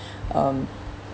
um